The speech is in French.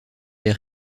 des